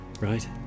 right